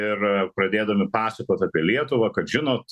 ir pradėdami pasakot apie lietuvą kad žinot